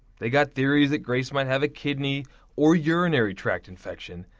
they got there is a grace might have a kidney or urinary tract infection.